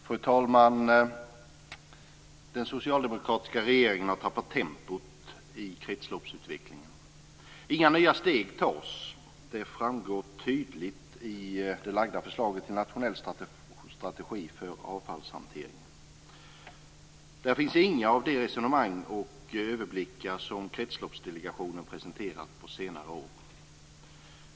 Fru talman! Den socialdemokratiska regeringen har tappat tempot i kretsloppsutvecklingen. Inga nya steg tas. Det framgår tydligt i det framlagda förslaget till en nationell strategi för avfallshanteringen. Där finns inga av de resonemang och överblickar som Kretsloppsdelegationen presenterat på senare år.